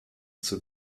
zur